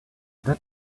that